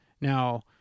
Now